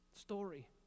story